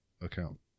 account